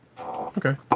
Okay